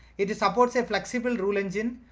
it supports a flexible rule engine,